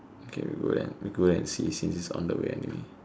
okay we go there and we go there and see since it's on the way anyway